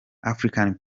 african